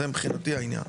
זה מבחינתי העניין.